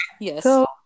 Yes